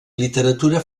literatura